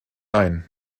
ein